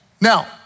Now